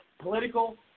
political